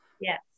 Yes